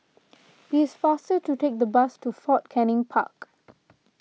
it is faster to take the bus to Fort Canning Park